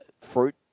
fruit